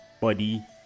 body